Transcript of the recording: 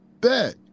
Bet